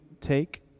take